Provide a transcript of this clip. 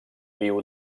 viu